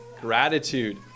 Gratitude